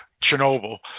Chernobyl